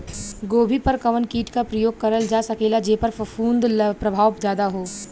गोभी पर कवन कीट क प्रयोग करल जा सकेला जेपर फूंफद प्रभाव ज्यादा हो?